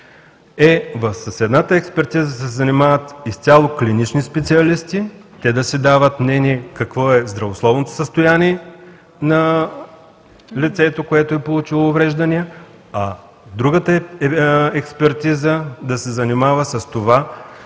е с едната експертиза да се занимават изцяло клинични специалисти, те да си дават мнение какво е здравословното състояние на лицето, което е получило увреждания, а другата експертиза да се занимава с това